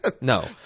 No